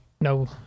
No